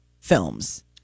films